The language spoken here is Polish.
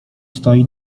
stoi